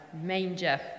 manger